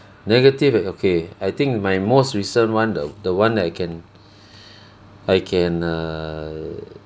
negative eh okay I think my most recent one the the one that I can I can err